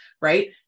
right